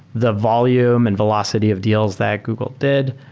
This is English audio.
the volume and velocity of deals that google did,